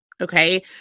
Okay